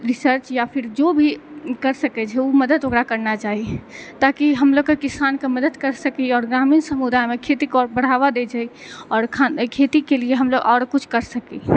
research या जो भी कर सकै छै ओ मदद ओकरा करना चाही ताकि हमलोग के किसान के मदद कर सकी और ग्रामीण समुदाय मे खेती के आओर बढ़ावा दै छै और खेती के लिए हमलोग आओर कुछ कर सकी